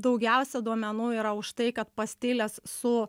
daugiausia duomenų yra už tai kad pastiles su